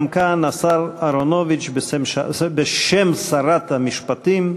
גם כאן השר אהרונוביץ, בשם שרת המשפטים,